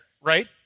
right